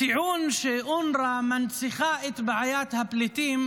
הטיעון שאונר"א מנציחה את בעיית הפליטים